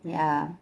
ya